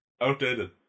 outdated